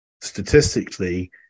statistically